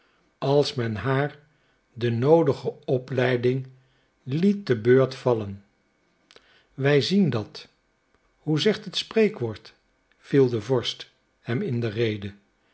als men haar de noodige opleiding liet te beurt vallen wij zien dat hoe zegt het spreekwoord viel de vorst hem in de rede